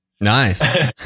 nice